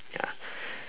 ya